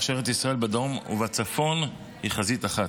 שארץ ישראל בדרום ובצפון היא חזית אחת.